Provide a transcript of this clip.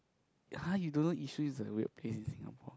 har you don't know Yishun is a weird place in Singapore